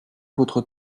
votre